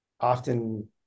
often